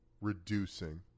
reducing